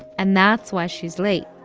and that's why she's late.